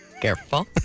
Careful